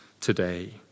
today